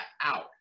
out